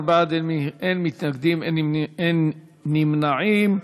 15 בעד, אין מתנגדים, אין נמנעים.